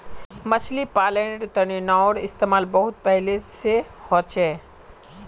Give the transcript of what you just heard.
मछली पालानेर तने नाओर इस्तेमाल बहुत पहले से होचे